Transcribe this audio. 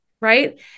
right